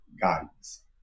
guides